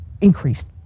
increased